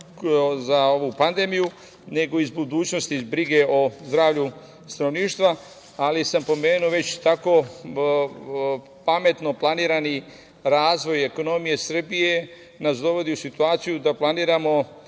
za ovu pandemiju, nego i zbog budućnosti i brige o zdravlju stanovništva, ali sam pomenuo već tako pametno planirani razvoj ekonomije Srbije, nas dovodi u situaciju da planiramo